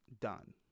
done